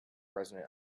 resonant